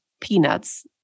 peanuts